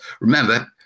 remember